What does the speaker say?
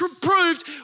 proved